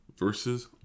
Versus